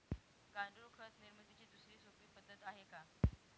गांडूळ खत निर्मितीची दुसरी सोपी पद्धत आहे का?